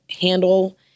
handle